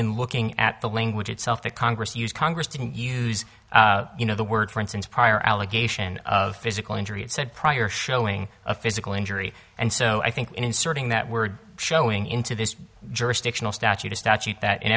in looking at the language itself that congress used congress didn't use you know the word for instance prior allegation of physical injury it said prior showing a physical injury and so i think inserting that word showing into this jurisdictional statute a statute that in